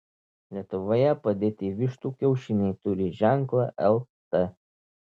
lietuvoje padėti vištų kiaušiniai turi ženklą lt